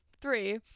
Three